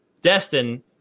Destin